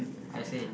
I see